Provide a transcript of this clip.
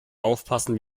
aufpassen